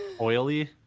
oily